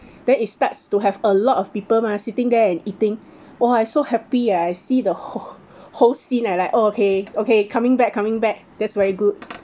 then it starts to have a lot of people mah sitting there and eating !wah! I so happy ah I see the who~ whole scene I like okay okay coming back coming back that's very good